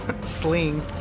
sling